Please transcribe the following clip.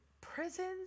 Prisons